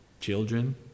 Children